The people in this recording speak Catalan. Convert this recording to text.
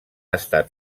estat